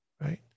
right